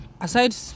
aside